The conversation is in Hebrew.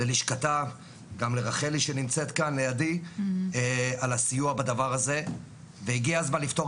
ללשכתה גם לרחלי שנמצאת כאן לידי על הסיוע בדבר הזה והגיע הזמן לפתור